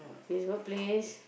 his workplace